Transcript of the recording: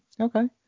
Okay